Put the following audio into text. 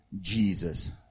Jesus